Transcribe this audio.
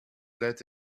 let